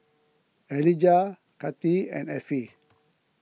Elijah Cathi and Effie